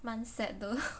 蛮 sad though